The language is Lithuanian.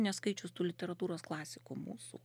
neskaičius tų literatūros klasikų mūsų